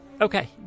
Okay